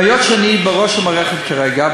והיות שאני בראש המערכת כרגע,